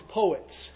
poets